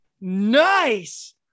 nice